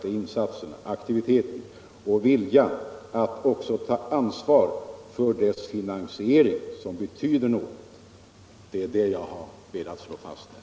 Det är insatserna, aktiviteten och viljan att också ta ansvar för dess finansiering som betyder något. Det är det jag har velat slå fast här.